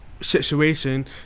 situation